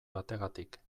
bategatik